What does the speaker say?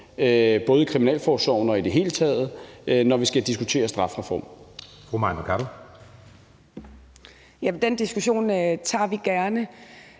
både i kriminalforsorgen og i det hele taget, når vi skal diskutere strafreform. Kl. 11:39 Anden